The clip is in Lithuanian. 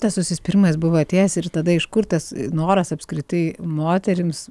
tas užsispyrimas buvo atėjęs ir tada iš kur tas noras apskritai moterims